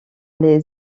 les